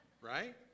Right